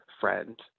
friend